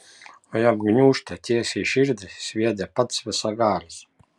o jam gniūžtę tiesiai į širdį sviedė pats visagalis